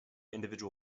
individual